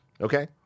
okay